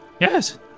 Yes